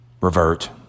Revert